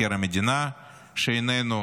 למבקר המדינה שאיננו?